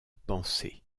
penser